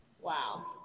Wow